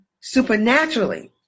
supernaturally